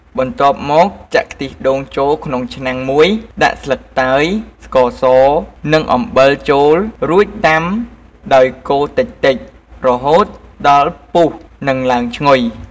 បន្ទាប់មកចាក់ខ្ទិះដូងចូលក្នុងឆ្នាំងមួយ ដាក់ស្លឹកតើយ ស្ករស និងអំបិលចូលរួច ដាំដោយកូរតិចៗរហូតដល់ពុះនិងឡើងឈ្ងុយ។